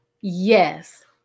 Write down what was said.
yes